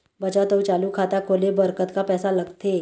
बचत अऊ चालू खाता खोले बर कतका पैसा लगथे?